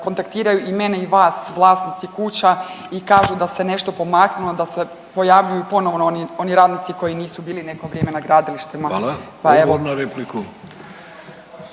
kontaktiraju i mene i vas vlasnici kuća i kažu da se nešto pomaknulo da se pojavljuju ponovno oni radnici koji nisu bili neko vrijeme na gradilištima. …/Upadica: Hvala./…